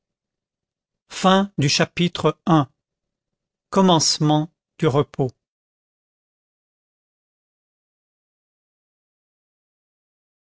chapitre i commencement du repos